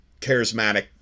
charismatic